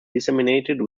disseminated